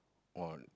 oh